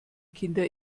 kinder